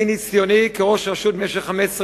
מניסיוני כראש רשות במשך 15 שנה,